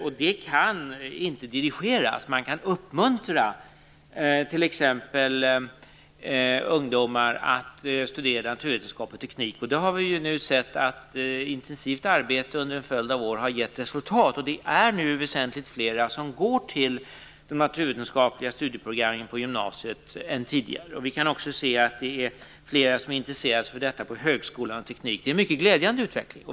Och det kan inte dirigeras. Man kan t.ex. uppmuntra ungdomar att studera naturvetenskap och teknik, och vi har ju nu sett att intensivt arbete under en följd av år har givit resultat. Det är nu väsentligt flera som går till de naturvetenskapliga studieprogrammen på gymnasiet än tidigare. Vi kan också se att det är flera som intresserar sig för detta på högskolan liksom för teknik. Det är en mycket glädjande utveckling.